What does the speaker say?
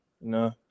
No